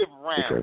round